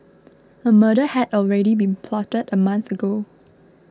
a murder had already been plotted a month ago